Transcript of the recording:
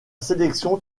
sélection